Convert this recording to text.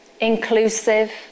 inclusive